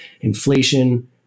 inflation